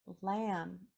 lamb